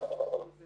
כי